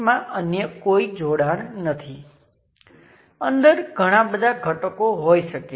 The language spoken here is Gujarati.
અને અન્યને અનિશ્ચિત કરી શકાય છે